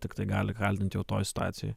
tiktai gali klatint jau toj situacijoj